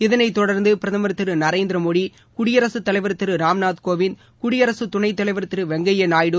இதனை தொடர்ந்து பிரதமர் திரு நரேந்திரமோடி குடியரகத்தலைவர் திரு ராம்நாத் கோவிந்த் குடியரசு துணைத்தலைவர் திரு வெங்கைய நாயுடு